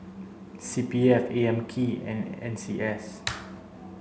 C P F A M K and N C S